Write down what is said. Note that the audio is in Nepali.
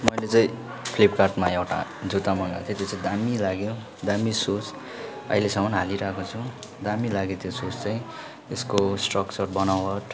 मैले चाहिँ फ्लिपकार्टमा एउटा जुत्ता मगाएको थिएँ त्यो चाहिँ दामी लाग्यो दामी सुज अहिलेसम्म हालिरहेको छु दामी लाग्यो त्यो सुज चाहिँ त्यसको स्ट्रक्चर बनावट